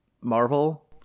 marvel